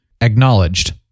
Acknowledged